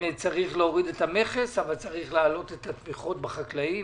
צריך להוריד את המכס אבל צריך להעלות את התמיכות בחקלאים.